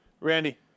Randy